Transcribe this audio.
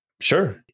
Sure